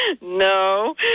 No